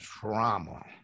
trauma